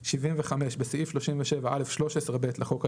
75. בסעיף 37א13(ב) לחוק העיקרי,